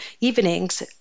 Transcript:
evenings